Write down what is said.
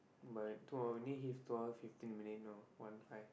but two hour need hit two hour fifteen minute know one five